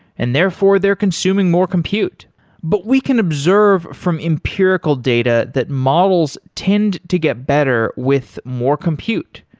and therefore, they're consuming more compute but we can observe from empirical data that models tend to get better with more compute.